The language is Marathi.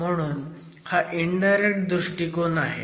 म्हणून हा इनडायरेक्ट दृष्टीकोन आहे